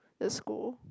the school